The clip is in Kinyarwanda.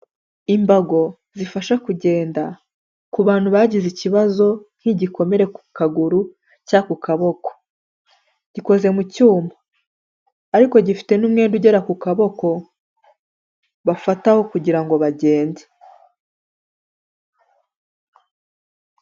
Imbago zifasha kugenda ku bantu bagize ikibazo nk'igikomere ku kaguru cyangwa ku kaboko, gikoze mu cyuma ariko gifite n'umwenda ugera ku kaboko bafataho kugira ngo bagende.